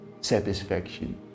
satisfaction